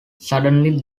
suddenly